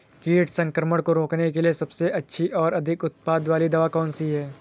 कीट संक्रमण को रोकने के लिए सबसे अच्छी और अधिक उत्पाद वाली दवा कौन सी है?